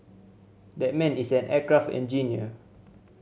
that man is an aircraft engineer